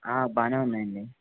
ఆ బాగానే ఉందండి